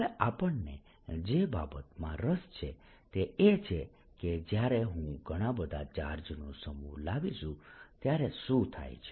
હવે આપણને જે બાબતમાં રસ છે તે એ છે કે જ્યારે હું ઘણા બધા ચાર્જનો સમૂહ લાવીશું ત્યારે શું થાય છે